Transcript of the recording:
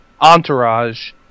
Entourage